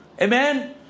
Amen